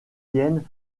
tiennent